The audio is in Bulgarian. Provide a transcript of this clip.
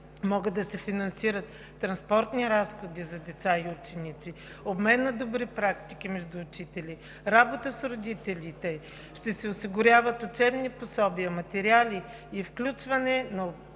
могат да се финансират транспортни разходи за деца и ученици, обмен на добри практики между учители, работа с родителите. Ще се осигуряват учебни пособия, материали и включване на